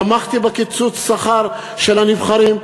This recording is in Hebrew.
תמכתי בקיצוץ שכר של הנבחרים,